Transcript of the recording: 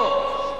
לא.